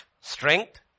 strength